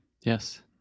yes